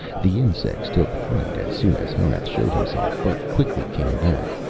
the insects took fright as soon as honath showed himself, but quickly came back,